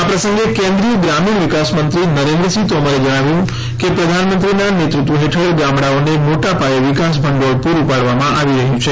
આ પ્રસંગે કેન્દ્રીય ગ્રામીણ વિકાસમંત્રી નરેન્દ્ર સિંહ તોમરે જણાવ્યું કે પ્રધાનમંત્રીનાં ગતિશીલ નેતૃત્વ હેઠળ ગામડાઓને મોટા પાયે વિકાસ ભંડોળ પૂરું પાડવામાં આવી રહ્યું છે